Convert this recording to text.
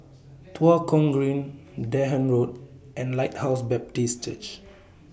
Tua Kong Green Dahan Road and Lighthouse Baptist Church